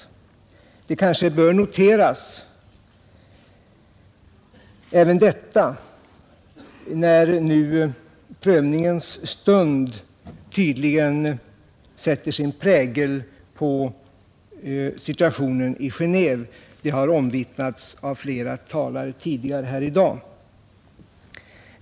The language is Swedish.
Även detta kanske bör noteras när nu prövningens stund tydligen är inne för förhandlingarna i Genéve, vilket har omvittnats av flera talare tidigare i dag.